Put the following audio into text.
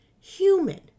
human